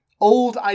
old